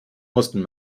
mussten